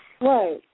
Right